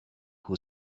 who